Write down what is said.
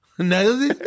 No